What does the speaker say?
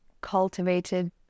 cultivated